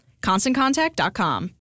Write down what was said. ConstantContact.com